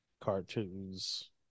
cartoons